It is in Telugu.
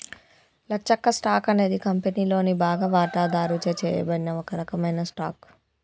లచ్చక్క, స్టాక్ అనేది కంపెనీలోని బాగా వాటాదారుచే చేయబడిన ఒక రకమైన స్టాక్